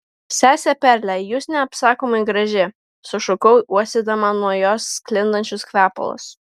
sese perle jūs neapsakomai graži sušukau uostydama nuo jos sklindančius kvepalus